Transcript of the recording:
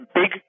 big